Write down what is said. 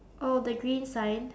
oh the green sign